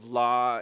law